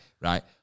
right